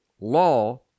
law